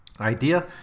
idea